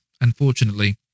unfortunately